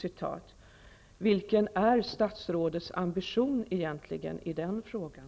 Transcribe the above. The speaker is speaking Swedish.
Vad är egentligen statsrådets ambition i den frågan?